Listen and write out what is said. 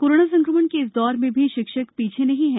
corona संक्रमण के इस दौर में भी शिक्षक पीछे नहीं है